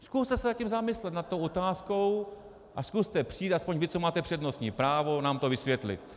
Zkuste se nad tím zamyslet, nad tou otázkou, a zkuste přijít aspoň vy, co máte přednostní právo, nám to vysvětlit.